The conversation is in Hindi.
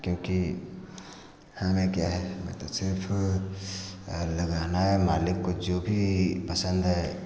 क्योंक हमें क्या है हमें तो सिर्फ लगाना है मालिक को भी पसंद है